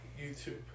YouTube